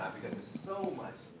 it's so much.